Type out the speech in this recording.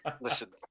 listen